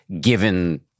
given